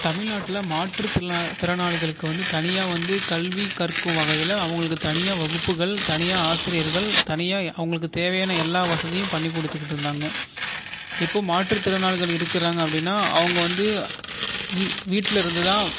தமிழ்நாட்டில் மாற்று திறனாளி திறனாளிகளுக்கு வந்து தனியாக வந்து கல்வி கற்கும் வகையில் அவங்களுக்கு தனியாக வகுப்புகள் தனியாக ஆசிரியர்கள் தனியாக அவங்களுக்கு தேவையான எல்லா வசதியும் பண்ணி கொடுத்துட்டு இருந்தாங்க இப்போது மாற்று திறனாளிகள் இருக்கிறாங்க அப்படின்னா அவங்க வந்து வீட் வீட்டில் இருந்து தான்